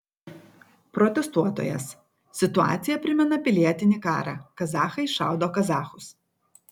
protestuotojas situacija primena pilietinį karą kazachai šaudo kazachus